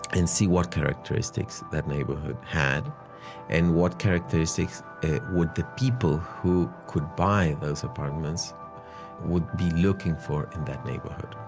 and see what characteristics that neighborhood had and what characteristics would the people who could buy those apartments would be looking for in that neighborhood.